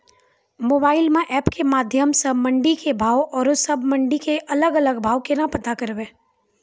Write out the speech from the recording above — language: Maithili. मोबाइल म एप के माध्यम सऽ मंडी के भाव औरो सब मंडी के अलग अलग भाव केना पता करबै?